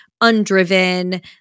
undriven